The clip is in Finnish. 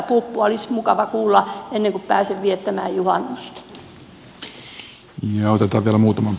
olisi mukava kuulla ennen kuin pääsen viettämään juhannusta